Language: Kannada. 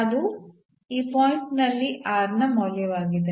ಅದು ಈ ಪಾಯಿಂಟ್ ನಲ್ಲಿ ನ ಮೌಲ್ಯವಾಗಿದೆ